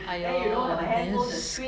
!aiyo! then you